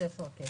בעייתית ביותר.